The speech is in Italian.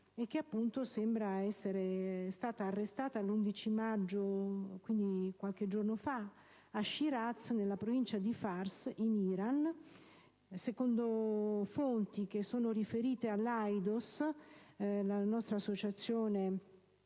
che sembra essere stata arrestata l'11 maggio, quindi qualche giorno fa, a Shiraz, nella provincia di Fars in Iran. Secondo fonti riferite all'Aidos (associazione